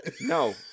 no